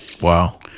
Wow